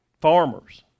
Farmers